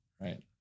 right